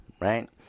right